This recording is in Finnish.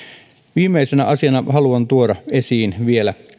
viimeisenä asiana haluan tuoda esiin vielä